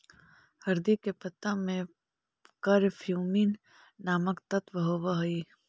हरदी के पत्ता में करक्यूमिन नामक तत्व होब हई